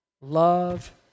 love